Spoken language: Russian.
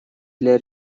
для